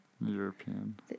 European